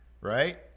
Right